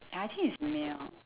I think it's male